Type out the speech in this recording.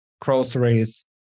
groceries